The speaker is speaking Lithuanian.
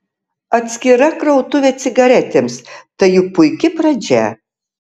atskira krautuvė cigaretėms tai juk puiki pradžia